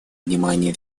внимание